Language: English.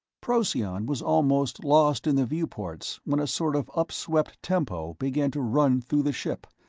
procyon was almost lost in the viewports when a sort of upswept tempo began to run through the ship,